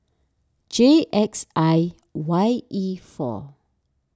J X I Y E four